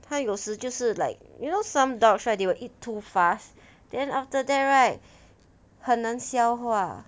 他有时就是 like you know some dogs right they will eat too fast then after that right 很难消化